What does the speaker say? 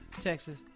Texas